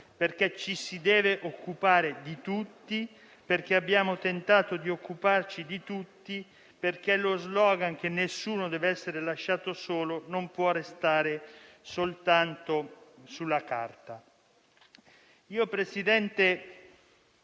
ci si deve occupare di tutti e abbiamo tentato di occuparci di tutti, perché lo *slogan* che nessuno deve essere lasciato solo non può restare soltanto sulla carta. Signor Presidente,